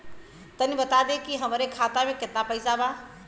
तनि बता देती की हमरे खाता में कितना पैसा बा?